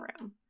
room